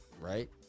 right